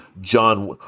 John